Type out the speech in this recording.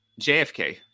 jfk